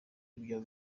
n’ibyo